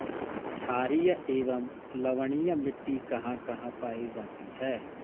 छारीय एवं लवणीय मिट्टी कहां कहां पायी जाती है?